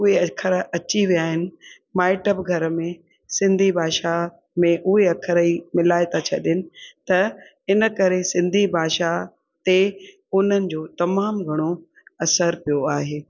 उहे अखर अची विया आहिनि माइट बि घर में सिंधी भाषा में उहे अखर ई मिलाए था छॾनि त इनकरे सिंधी भाषा ते उन्हनि जो तमामु घणो असरु पियो आहे